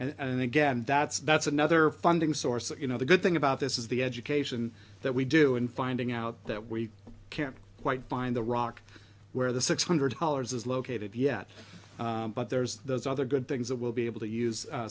and again that's that's another funding source that you know the good thing about this is the education that we do and finding out that we can't quite find the rock where the six hundred dollars is located yet but there's those other good things that we'll be able to use